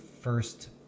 first